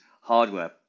hardware